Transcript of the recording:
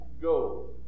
go